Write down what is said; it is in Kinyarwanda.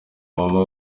mama